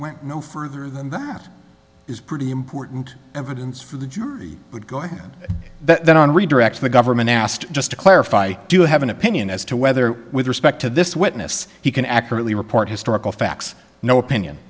went no further than that is pretty important evidence for the jury would go on then on redirect the government asked just to clarify do you have an opinion as to whether with respect to this witness he can accurately report historical facts no opinion